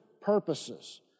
purposes